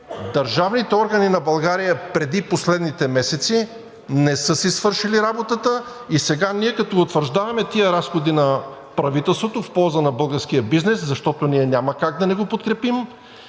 държавните органи на България преди последните месеци не са си свършили работата и сега ние, като утвърждаваме тези разходи на правителството в полза на българския бизнес, защото ние няма как да не го подкрепим,